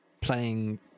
playing